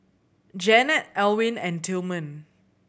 Janette Elwyn and Tillman